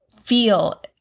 feel